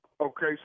Okay